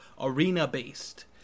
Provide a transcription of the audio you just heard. arena-based